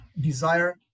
desire